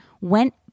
went